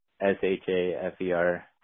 S-H-A-F-E-R